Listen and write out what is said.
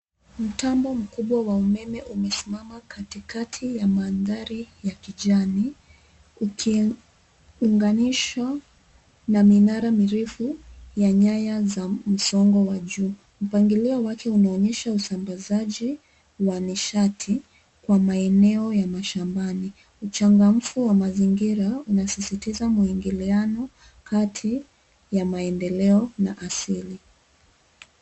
Mtambo mkubwa wa umeme umesimama katikati ya mandhari ya kijani, ukiunganishwa na minara mirefu ya nyaya za msongo wa juu. Mpangilio wake unaonyesha usambazaji wa nishati kwa maeneo ya mashambani. Uchangamfu wa mazingira unasisitiza mwingiliano kati ya maendeleo na asili.